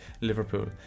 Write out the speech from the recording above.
Liverpool